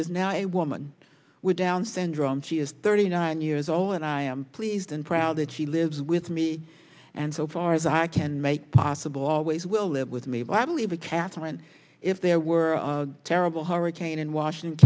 is now a woman with down's syndrome she is thirty nine years old and i am pleased and proud that she lives with me and so far as i can make possible always will live with me but i believe it catherine if there were terrible hurricane in washington